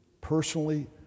personally